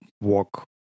walk